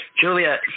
Juliet